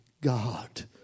God